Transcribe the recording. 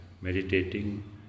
meditating